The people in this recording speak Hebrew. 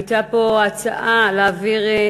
הייתה פה הצעה להעביר,